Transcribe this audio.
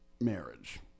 marriage